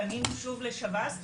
פנינו שוב לשב"ס,